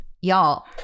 y'all